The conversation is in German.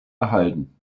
erhalten